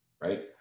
right